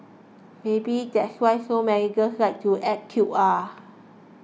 maybe that's why so many girls like to act cute ah